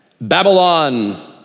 Babylon